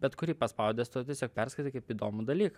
bet kurį paspaudęs tu tiesiog perskaitai kaip įdomų dalyką